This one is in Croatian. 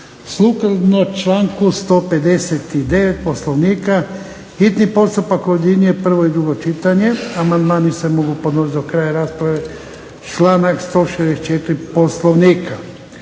Sukladno članku 159. Poslovnika hitni postupak objedinjuje prvo i drugo čitanje. Amandmani se mogu podnositi do kraja rasprave članak 164. Poslovnika.